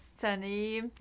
sunny